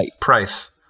Price